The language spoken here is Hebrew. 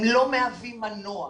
הם לא מהווים מנוע,